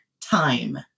time